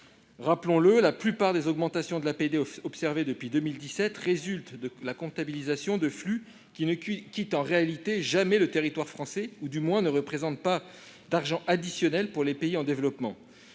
Rappelons-le, la plupart des augmentations de l'APD observées depuis 2017 résultent de la comptabilisation de flux qui ne quittent en réalité jamais le territoire français ou, du moins, qui ne représentent pas d'argent additionnel pour les pays en développement.